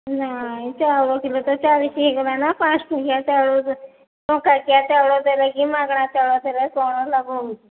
ନାଇଁ ଚାଉଳ କିଲୋ ତ ଚାଳିଶି ହେଇଗଲା ନା ପାଞ୍ଚ ଟଙ୍କିଆ ଚାଉଳ ଟଙ୍କାକିଆ ଚାଉଳ ଦେଲେ କି ମାଗଣା ଚାଉଳ ଦେଲେ କ'ଣ ଲାଭ ହେଉଛି